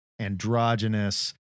androgynous